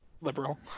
Liberal